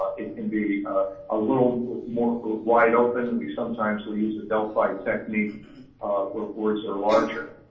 it can be a little more wide open. we sometimes we use a delphi technique when boards are larger,